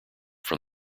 from